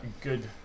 good